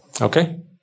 Okay